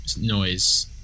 noise